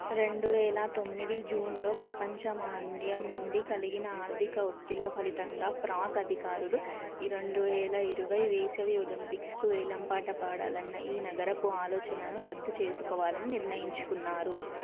రెండు వేల తొమ్మిది జూన్లో ప్రపంచ మాంద్యం నుండి కలిగిన ఆర్థిక ఒత్తిళ్ళ ఫలితంగా ప్రాగ్ అధికారులు ఈ రెండు వేల ఇరవై వేసవి ఒలింపిక్స్కు వేలంపాట పాడాలన్న ఈ నగరపు ఆలోచనను రద్దు చేసుకోవాలని నిర్ణయించుకున్నారు